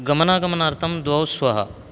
गमनागमनार्थं द्वौ स्तः